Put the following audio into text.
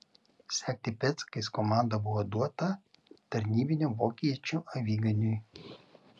sekti pėdsakais komanda buvo duota tarnybiniam vokiečių aviganiui